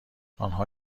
آنها